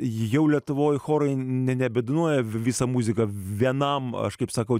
jau lietuvoje chorai nebedainuoja visa muzika vienam aš kaip sakau